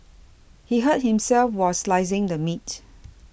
he hurt himself while slicing the meat